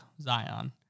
Zion